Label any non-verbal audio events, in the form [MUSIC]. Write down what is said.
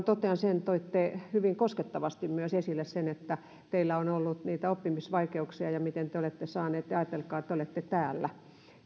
[UNINTELLIGIBLE] totean sen että toitte hyvin koskettavasti myös esille sen että teillä on ollut niitä oppimisvaikeuksia ja miten te olette saanut ajatelkaa te olette täällä